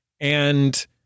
And-